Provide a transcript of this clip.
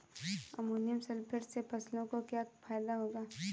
Ammonium sulphate से फसलों को क्या फायदा होगा?